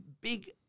big